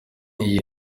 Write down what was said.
iyi